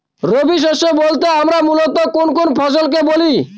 রবি শস্য বলতে আমরা মূলত কোন কোন ফসল কে বলি?